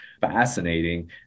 fascinating